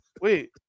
Wait